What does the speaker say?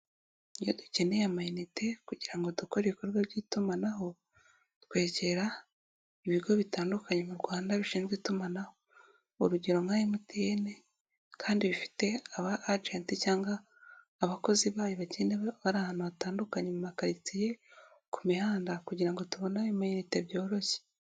Iyo dukeneye amayinite kugira ngo dukore ibikorwa by'itumanaho twegera ibigo bitandukanye mu Rwanda bishinzwe itumanaho urugero nka MTN kandi bifite aba ajenti cyangwa abakozi bayo bakenewe bari ahantu hatandukanye mu makaritsiye ku mihanda kugira ngo tubone ayo mayinite byoroshye.